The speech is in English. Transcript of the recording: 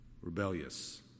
rebellious